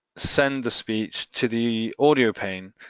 send the speech to the audio pane,